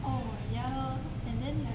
oh ya lor and then like